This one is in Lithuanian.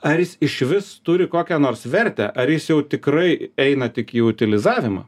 ar jis išvis turi kokią nors vertę ar jis jau tikrai eina tik į utilizavimą